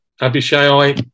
Abishai